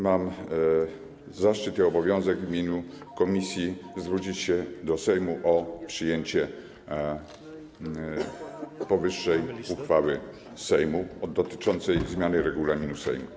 Mam zaszczyt i obowiązek w imieniu komisji zwrócić się do Sejmu o przyjęcie powyższej uchwały Sejmu dotyczącej zmiany regulaminu Sejmu.